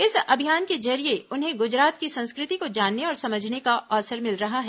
इस अभियान के जरिए उन्हें गुजरात की संस्कृति को जानने और समझने का अवसर मिल रहा है